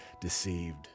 deceived